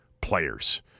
players